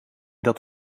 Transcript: dat